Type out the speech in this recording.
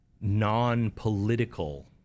non-political